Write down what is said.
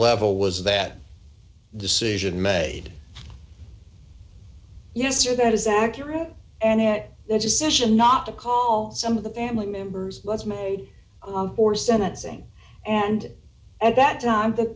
level was that decision made yes or that is accurate and that the decision not to call some of the family members was made for senate saying and at that time that